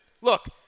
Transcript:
look